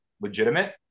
legitimate